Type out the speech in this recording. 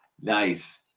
Nice